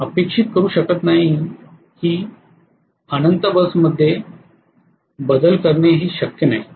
मी infinity बस सुधारित करण्याची अपेक्षा करू शकत नाही ते शक्य नाही